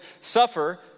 suffer